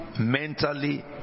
mentally